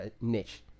niche